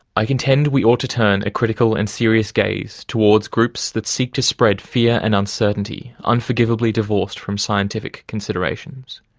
i contend we ought to turn a critical and serious gaze towards groups that seek to spread fear and uncertainty, unforgivably divorced from scientific considerations.